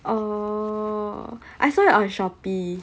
oh I saw it on shopee